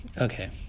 okay